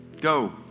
go